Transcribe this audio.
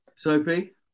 Sophie